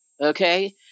Okay